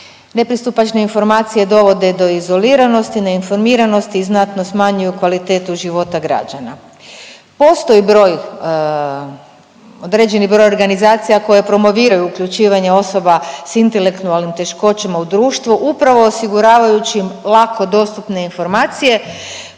Nepristupačne informacije dovode do izoliranosti, neinformiranosti i znatno smanjuju kvalitetu života građana. Postoji broj, određeni broj organizacija koje promoviraju uključivanje osoba s intelektualnim teškoćama u društvu upravo osiguravajući im lako dostupne informacije,